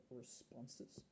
responses